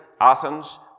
Athens